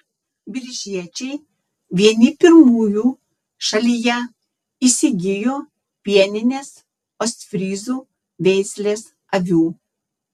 biržiečiai vieni pirmųjų šalyje įsigijo pieninės ostfryzų veislės avių